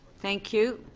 thank you.